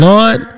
Lord